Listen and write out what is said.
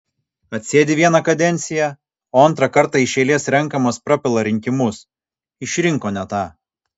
atsėdi vieną kadenciją o antrą kartą iš eilės renkamas prapila rinkimus išrinko ne tą